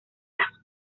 las